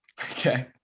Okay